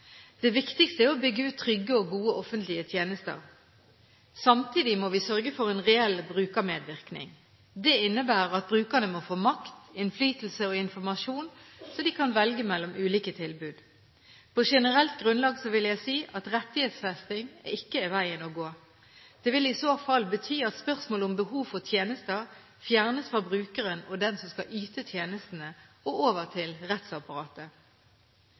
Det viktigste er å bygge trygge og gode offentlige tjenester. Samtidig må vi sørge for reell brukermedvirkning. Det innebærer at brukerne må få makt, innflytelse og informasjon, så de kan velge mellom ulike tilbud. På generelt grunnlag vil jeg si at rettighetsfesting ikke er veien å gå. Det vil i så fall bety at spørsmålet om behov for tjenester fjernes fra brukeren og den som skal yte tjenestene, og over til rettsapparatet.